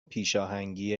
پیشاهنگی